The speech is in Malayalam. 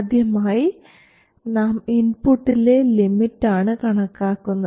ആദ്യമായി നാം ഇൻപുട്ടിലെ ലിമിറ്റ് ആണ് കണക്കാക്കുന്നത്